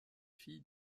fille